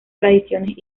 tradiciones